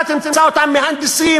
אתה תמצא אותם מהנדסים,